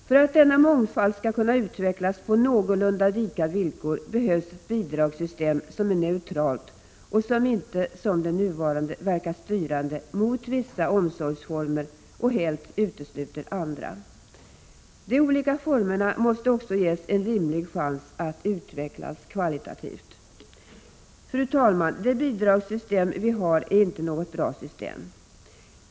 För att denna mångfald skall kunna utvecklas på någorlunda lika villkor behövs ett bidragssystem som är neutralt och som inte, liksom det nuvarande, verkar styrande mot vissa omsorgsformer och helt utesluter andra. De olika formerna måste också ges en rimlig chans att utvecklas kvalitativt. Fru talman! Det bidragssystem vi har är inte något bra system.